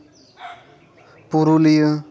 Purulia